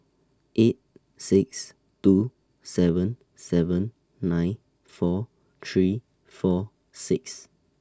eight six two seven seven nine four three four six